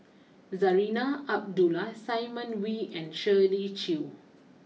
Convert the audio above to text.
Zarinah Abdullah Simon Wee and Shirley Chew